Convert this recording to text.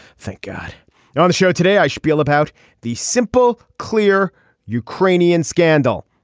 thank god you're on the show today i spiel about the simple clear ukrainian scandal.